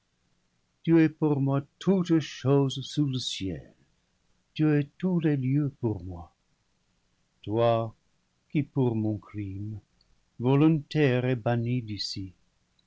tu es pour moi toutes choses sous le ciel tu es tous les lieux pour moi toi qui pour mon crime volon taire es banni d'ici